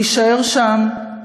להישאר שם,